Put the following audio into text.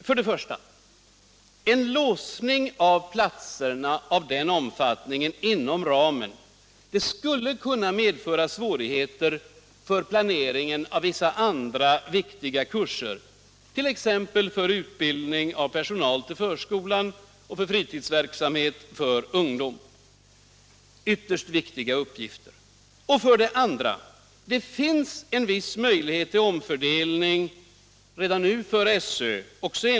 För det första skulle en låsning av den omfattningen av platserna inom ramen kunna medföra svårigheter för planeringen av vissa andra viktiga kurser, t.ex. för utbildning av personal till förskolan och för fritidsverksamhet för ungdom — ytterst viktiga uppgifter — och för det andra finns det, också enligt propositionen, en viss möjlighet till omfördelning redan nu för SÖ.